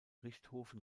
richthofen